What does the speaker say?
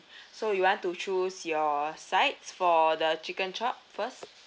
so you want to choose your sides for the chicken chop first